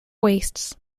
wastes